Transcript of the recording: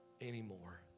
anymore